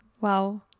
Wow